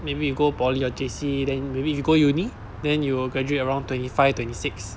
maybe you go poly or J_C then maybe if you go uni then you will graduate around twenty five twenty six